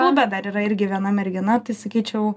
klube dar yra irgi viena mergina tai sakyčiau